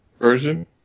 version